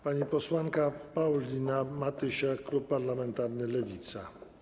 Pani posłanka Paulina Matysiak, klub parlamentarny Lewica.